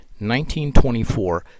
1924